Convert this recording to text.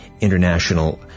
international